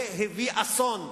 זה הביא אסון,